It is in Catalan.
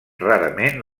rarament